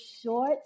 short